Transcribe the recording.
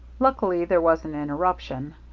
luckily there was an interruption.